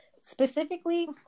specifically